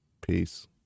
Peace